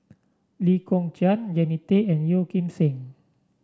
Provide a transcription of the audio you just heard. Lee Kong Chian Jannie Tay and Yeo Kim Seng